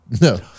No